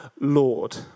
Lord